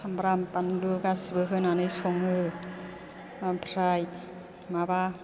सामब्राम बानलु गासिबो होनानै सङो ओमफ्राय माबा